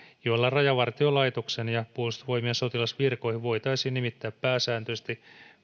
joilla rajavartiolaitoksen ja puolustusvoimien sotilasvirkoihin voitaisiin nimittää pääsääntöisesti